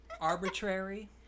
Arbitrary